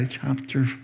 chapter